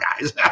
guys